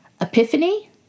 Epiphany